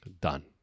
Done